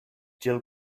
jill